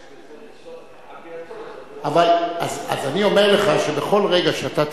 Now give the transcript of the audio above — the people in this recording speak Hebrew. על-פי הצורך, אז אני אומר לך שבכל רגע שאתה תרצה,